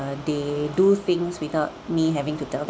uh they do things without me having to tell